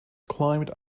climbed